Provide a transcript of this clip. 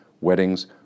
weddings